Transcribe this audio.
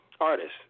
artists